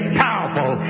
powerful